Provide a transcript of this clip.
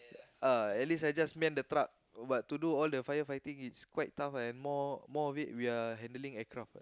uh at least I just man the truck but to do all the fire fighting it's quite tough and more more of it we are handling aircraft what